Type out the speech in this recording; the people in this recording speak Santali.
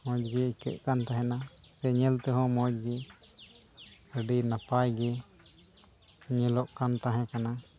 ᱢᱚᱡᱽ ᱜᱮ ᱟᱹᱭᱠᱟᱹᱜ ᱠᱟᱱ ᱛᱟᱦᱮᱱᱟ ᱥᱮ ᱧᱮᱞ ᱛᱮ ᱦᱚᱸ ᱢᱚᱡᱽ ᱜᱮ ᱟᱹᱰᱤ ᱱᱟᱯᱟᱭ ᱜᱮ ᱧᱮᱞᱚᱜ ᱠᱟᱱ ᱛᱟᱦᱮᱸ ᱠᱟᱱᱟ